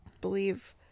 believe